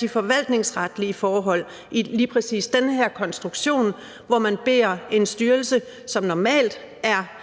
de forvaltningsretlige forhold i lige præcis den her konstruktion, hvor man beder en styrelse, som normalt er